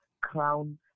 Crown